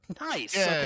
Nice